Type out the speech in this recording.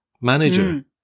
manager